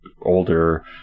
older